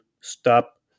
stop